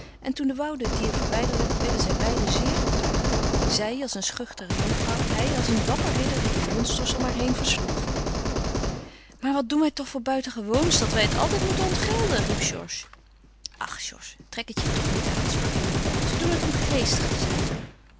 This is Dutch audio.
en toen de woude het dier verwijderde werden zij beiden zeer geplaagd zij als een schuchtere jonkvrouw hij als een dapper ridder die de monsters om haar heen versloeg maar wat doen wij toch voor buitengewoons dat wij het altijd moeten ontgelden riep georges ach georges trek het je toch niet aan sprak lili ze doen het om geestig te zijn